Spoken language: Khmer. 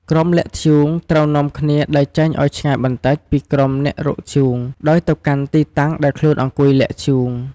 ក្រុមលាក់ធ្យូងត្រូវនាំគ្នា ដើរចេញឲ្យឆ្ងាយបន្តិច ពីក្រុមអ្នករកធ្យូង ដោយទៅកាន់ទីតាំងដែលខ្លួនអង្គុយលាក់ធ្យូង។